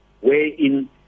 wherein